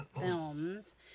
films